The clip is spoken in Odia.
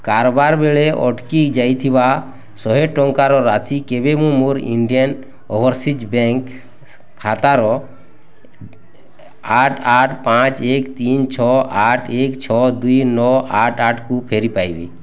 କାରବାର ବେଳେ ଅଟକି ଯାଇଥିବା ଶହେ ଟଙ୍କାର ରାଶି କେବେ ମୁଁ ମୋର ଇଣ୍ଡିଆନ୍ ଓଭରସିଜ୍ ବ୍ୟାଙ୍କ୍ ଖାତାର ଆଠ ଆଠ ପାଞ୍ଚ ଏକ ତିନି ଛଅ ଆଠ ଏକ ଛଅ ଦୁଇ ନଅ ଆଠ ଆଠକୁ ଫେରିପାଇବି